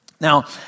Now